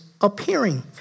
appearing